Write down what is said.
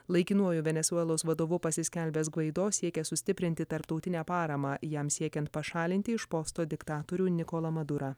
laikinuoju venesuelos vadovu pasiskelbęs gvaido siekia sustiprinti tarptautinę paramą jam siekiant pašalinti iš posto diktatorių nikolą madurą